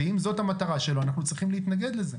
ואם זאת המטרה שלו, אנחנו צריכים להתנגד לזה.